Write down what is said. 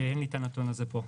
אין לי הנתון הזה פה.